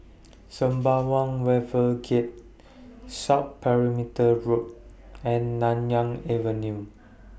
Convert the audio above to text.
Sembawang Wharves Gate South Perimeter Road and Nanyang Avenue